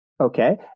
okay